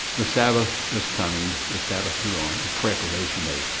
the sabbath was coming. the sabbath drew on, the preparation day,